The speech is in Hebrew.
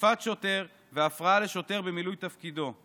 תקיפת שוטר והפרעה לשוטר במילוי תפקידו.